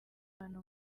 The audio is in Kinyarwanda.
ahantu